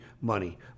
money